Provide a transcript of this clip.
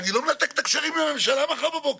אני מבין שהולכים על איזושהי רפורמה,